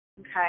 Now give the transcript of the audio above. Okay